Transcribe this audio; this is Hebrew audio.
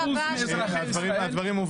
54% מאזרחי ישראל,